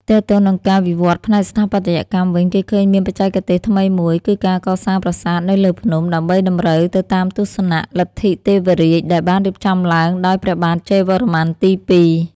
ទាក់ទងនឹងការវិវត្តផ្នែកស្ថាបត្យកម្មវិញ គេឃើញមានបច្ចេកទេសថ្មីមួយ គឺការកសាងប្រាសាទនៅលើភ្នំ ដើម្បីតម្រូវទៅតាមទស្សនៈ លទ្ធិទេវរាជ ដែលបានរៀបចំឡើងដោយព្រះបាទជ័យវរ្ម័នទី២។